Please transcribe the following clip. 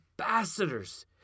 ambassadors